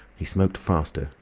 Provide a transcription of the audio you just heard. he smoked faster,